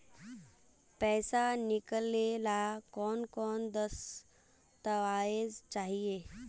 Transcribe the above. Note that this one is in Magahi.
पैसा निकले ला कौन कौन दस्तावेज चाहिए?